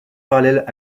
parallèles